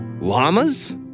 Llamas